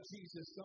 Jesus